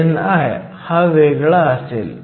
ni हा वेगळा असेल